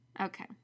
Okay